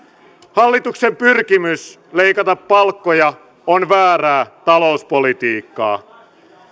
hallituksen pyrkimys leikata palkkoja on väärää talouspolitiikkaa